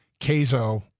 Kazo